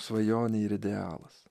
svajonė ir idealas